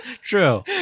true